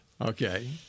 Okay